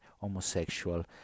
homosexual